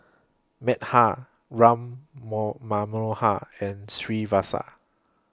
Medha Ram Mo Manohar and Srinivasa